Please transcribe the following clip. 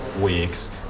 weeks